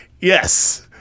Yes